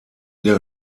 der